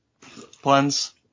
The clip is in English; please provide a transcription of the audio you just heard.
plans